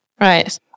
Right